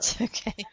okay